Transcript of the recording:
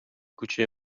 کوچه